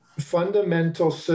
fundamental